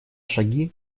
шаги